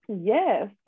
yes